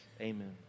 amen